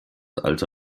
alte